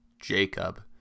Jacob